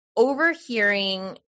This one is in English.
Overhearing